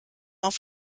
auf